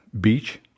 Beach